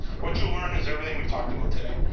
what you'll learn is everything we've talked about today.